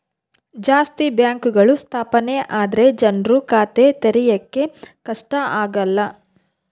ಜಾಸ್ತಿ ಬ್ಯಾಂಕ್ಗಳು ಸ್ಥಾಪನೆ ಆದ್ರೆ ಜನ್ರು ಖಾತೆ ತೆರಿಯಕ್ಕೆ ಕಷ್ಟ ಆಗಲ್ಲ